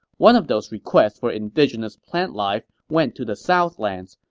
one of those requests for indigenous plant life went to the southlands,